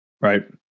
Right